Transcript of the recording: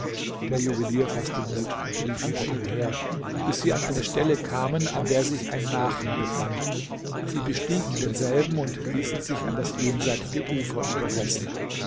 der juwelier faßte mut und lief hinter ihm her bis sie an eine stelle kamen an der sich ein nachen befand sie bestiegen denselben und ließen sich an das jenseitige ufer übersetzen